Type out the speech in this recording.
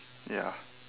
ya